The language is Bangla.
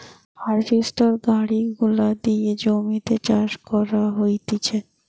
হার্ভেস্টর গাড়ি গুলা দিয়ে জমিতে চাষ করা হতিছে